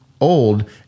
old